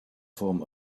form